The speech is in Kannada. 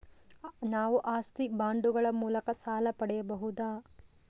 ನಾವು ಆಸ್ತಿ ಬಾಂಡುಗಳ ಮೂಲಕ ಸಾಲ ಪಡೆಯಬಹುದಾ?